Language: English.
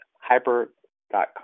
hyper.com